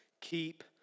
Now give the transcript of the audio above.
Keep